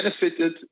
benefited